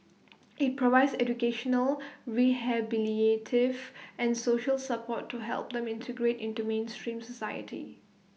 IT provides educational rehabilitative and social support to help them integrate into mainstream society